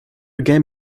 game